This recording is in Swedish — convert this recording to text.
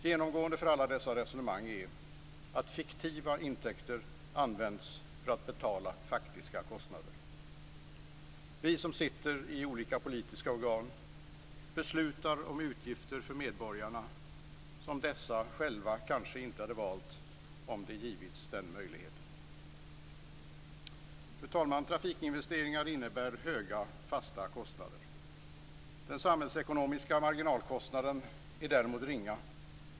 Genomgående för alla dessa resonemang är att fiktiva intäkter används för att betala faktiska kostnader. Vi som sitter i olika politiska organ beslutar om utgifter för medborgarna som dessa själva kanske inte hade valt om de hade getts den möjligheten. Fru talman! Trafikinvesteringar innebär höga fasta kostnader. Den samhällsekonomiska marginalkostnaden är däremot ringa.